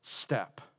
step